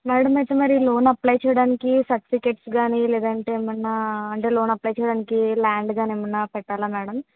madam ఐతే మరి loan apply చేయడానికి సర్టిఫికెట్స్ కానీ లేదంటే ఏమైనా అంటే లోన్ అప్లై చేయడానికి ల్యాండ్ కానీ ఏమైనా పెట్టాలా మేడం